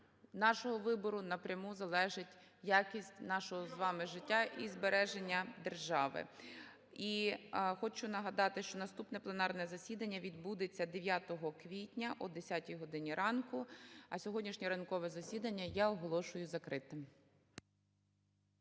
нашого вибору напряму залежить якість нашого з вами життя і збереження держави. І хочу нагадати, що наступне пленарне засідання відбудеться 9 квітня о 10-й годині ранку. А сьогоднішнє ранкове засідання я оголошую закритим.